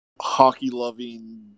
hockey-loving